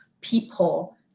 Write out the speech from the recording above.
people